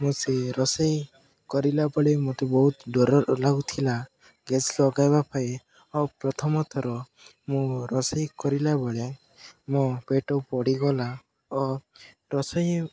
ମୁଁ ସେଇ ରୋଷେଇ କରିଲାବେଳେ ମତେ ବହୁତ ଡର ଲାଗୁଥିଲା ଗ୍ୟାସ୍ ଲଗାଇବା ପାଇଁ ଓ ପ୍ରଥମ ଥର ମୁଁ ରୋଷେଇ କରିଲାବେଳେ ମୋ ପେଟ ପୋଡ଼ିଗଲା ଓ ରୋଷେଇ